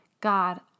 God